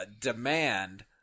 demand